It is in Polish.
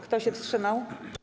Kto się wstrzymał?